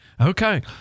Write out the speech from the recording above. Okay